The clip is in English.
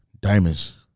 diamonds